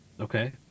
Okay